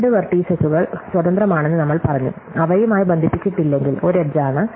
രണ്ട് വെർട്ടീസസുകൾ സ്വതന്ത്രമാണെന്ന് നമ്മൾ പറഞ്ഞു അവയുമായി ബന്ധിപ്പിച്ചിട്ടില്ലെങ്കിൽ ഒരു എഡ്ജ് ആണ്